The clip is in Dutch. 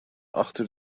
achter